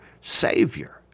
Savior